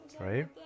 right